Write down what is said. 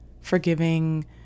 forgiving